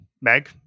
Meg